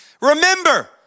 Remember